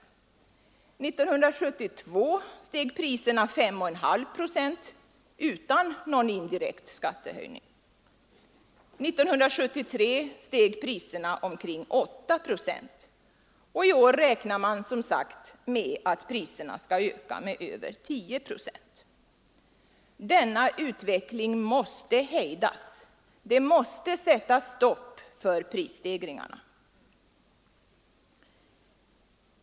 1972 steg priserna med 5,5 procent utan någon höjning av den indirekta skatten. 1973 steg priserna med omkring 8 procent, och i år väntar man som sagt att priserna skall öka med över 10 procent. Denna utveckling måste hejdas. Det måste sättas stopp för prisstegringarna.